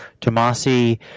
Tomasi